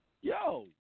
Yo